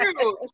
true